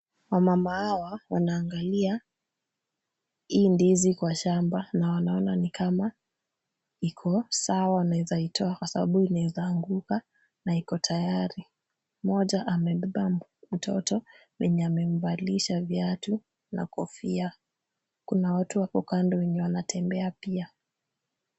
Wamama hawa wanaangalia hii ndizi kwa shamba na wanaona ni kama iko sawa wanaweza itoa kwa sababu inaweza anguka na iko tayari. Mmoja amebeba mtoto mwenye amemvalisha viatu na kofia. Kuna watu wako kando wenye wanatembea pia.